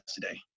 today